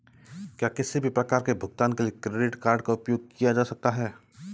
क्या किसी भी प्रकार के भुगतान के लिए क्रेडिट कार्ड का उपयोग किया जा सकता है?